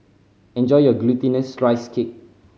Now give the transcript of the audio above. enjoy your Glutinous Rice Cake